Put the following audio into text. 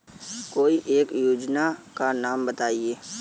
कोई एक योजना का नाम बताएँ?